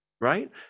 right